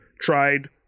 tried